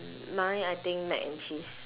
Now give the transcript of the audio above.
my I think mac and cheese